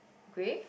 grey